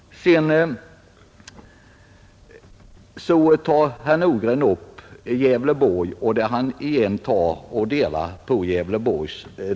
Herr Nordgren tar åter upp Gävleborgs län och delar än en gång på det länet.